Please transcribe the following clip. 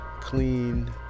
clean